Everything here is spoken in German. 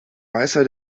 meister